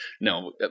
No